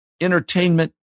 entertainment